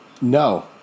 No